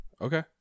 okay